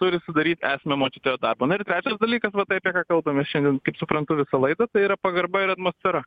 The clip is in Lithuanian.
turi sudaryt esmę mokytojo darbo nu ir trečias dalykas va tai apie ką kalbam mes šiandien kaip suprantu visą laidą tai yra pagarba ir atmosfera